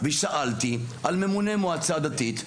ושאלתי על ממונה מועצה דתית,